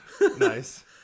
Nice